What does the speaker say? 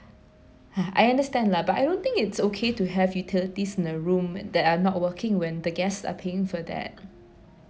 ha I understand lah but I don't think it's okay to have utilities in the room that are not working when the guests are paying for that